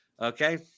Okay